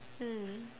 mm